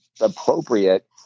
appropriate